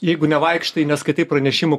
jeigu nevaikštai neskaitai pranešimų